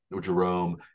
Jerome